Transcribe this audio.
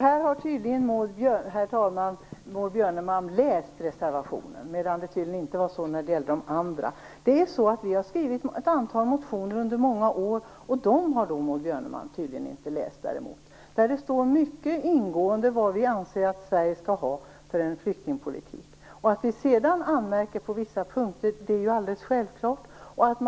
Herr talman! Maud Björnemalm har uppenbarligen läst vår reservation. Tydligen är det inte så när det gäller de andra. Vi har i många år skrivit ett antal motioner. De har Maud Björnemalm däremot tydligen inte läst. I de motionerna redogör vi mycket ingående för vilken flyktingpolitik vi anser att Sverige skall ha. Att vi anmärker på vissa punkter är en självklarhet.